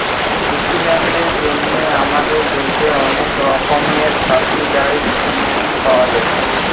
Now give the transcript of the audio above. ইস্টুডেন্টদের জন্যে আমাদের দেশে অনেক রকমের সাবসিডাইসড লোন পাওয়া যায়